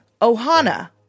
Ohana